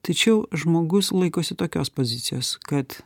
tačiau žmogus laikosi tokios pozicijos kad